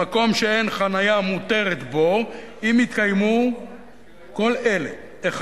במקום שאין החנייה מותרת בו אם התקיימו כל אלה: (1)